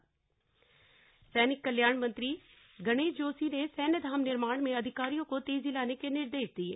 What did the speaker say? सैनिक कल्याण सैनिक कल्याण मंत्री गणेश जोशी ने सैन्यधाम निर्माण में अधिकारियों को तेजी लाने के निर्देश दिये